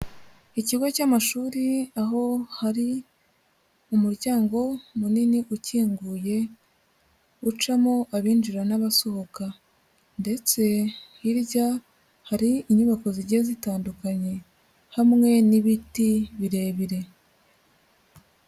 Ikigo cy'amashuri aho hari umuryango munini ukinguye, ucamo abinjira n'abasohoka ndetse hirya hari inyubako zigiye zitandukanye hamwe n'ibiti birebire.